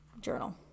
journal